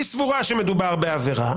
היא סבורה שמדובר בעבירה,